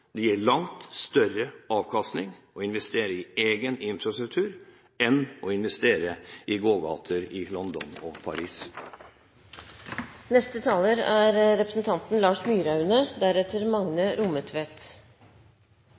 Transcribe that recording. Det gir langt større avkastning å investere i egen infrastruktur enn å investere i gågater i London og Paris. Nasjonal transportplan er